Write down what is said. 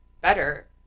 better